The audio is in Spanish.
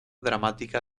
dramática